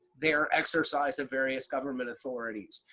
their exercise of various government authorities.